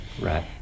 Right